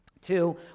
Two